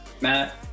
Matt